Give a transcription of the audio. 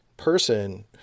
person